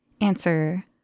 Answer